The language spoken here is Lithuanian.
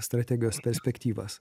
strategijos perspektyvas